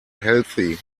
healthy